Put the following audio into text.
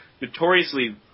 notoriously